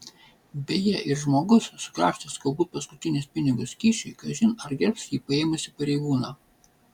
beje ir žmogus sukrapštęs galbūt paskutinius pinigus kyšiui kažin ar gerbs jį paėmusį pareigūną